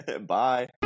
Bye